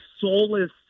soulless